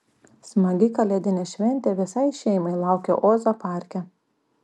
smagi kalėdinė šventė visai šeimai laukia ozo parke